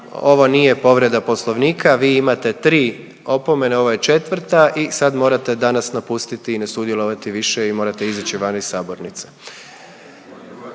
ovo nije povreda Poslovnika. Vi imate tri opomene, ovo je četvrta i sad morate danas napustiti i ne sudjelovati više i morate izići van iz sabornice.